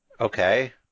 Okay